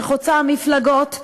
שחוצה מפלגות,